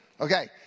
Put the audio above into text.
Okay